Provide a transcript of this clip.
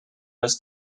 was